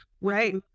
right